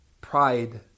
pride